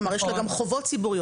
כלומר יש לה גם חובות ציבוריות,